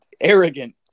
arrogant